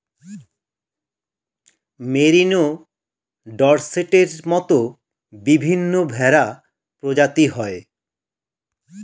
merino, ডর্সেটের মত বিভিন্ন ভেড়া প্রজাতি হয়